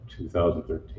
2013